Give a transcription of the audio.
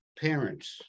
parents